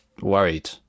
worried